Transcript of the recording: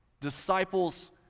disciples